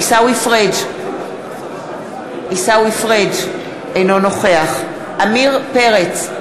עיסאווי פריג' אינו נוכח עמיר פרץ,